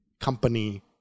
company